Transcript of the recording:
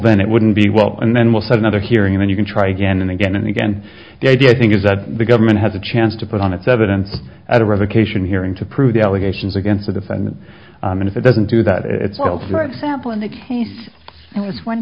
then it wouldn't be well and then we'll said another hearing then you can try again and again and again the idea i think is that the government has a chance to put on its evidence at a revocation hearing to prove the allegations against the defendant and if it doesn't do that itself not example in that case i was one